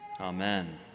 Amen